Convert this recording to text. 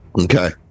Okay